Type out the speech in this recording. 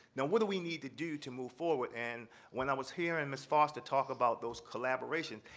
now, what do we need to do to move forward. and when i was hearing ms. foster talk about those collaborations,